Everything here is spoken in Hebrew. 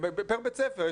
פר בית ספר.